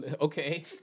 okay